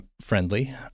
friendly